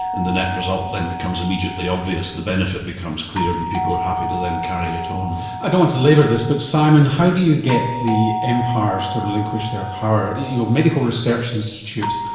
and the net result then becomes immediately obvious, the benefit becomes clear and people are happy to then carry it on. i don't want to labour this but, simon, how do you get the empires to relinquish their power? your medical research institutes,